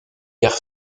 guère